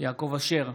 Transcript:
יעקב אשר,